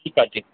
ठीकु आहे जी